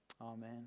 Amen